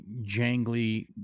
jangly